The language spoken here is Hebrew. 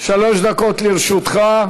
שלוש דקות לרשותך.